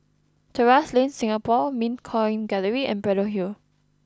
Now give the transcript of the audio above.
Terrasse Lane Singapore Mint Coin Gallery and Braddell Hill